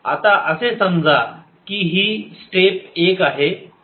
आता असे समजा ही स्टेप एक आहे